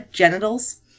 Genitals